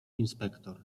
inspektor